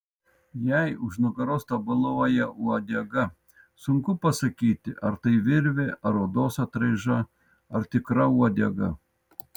jai už nugaros tabaluoja uodega sunku pasakyti ar tai virvė ar odos atraiža ar tikra uodega